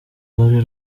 rwari